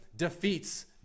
defeats